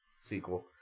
sequel